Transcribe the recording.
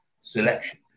selection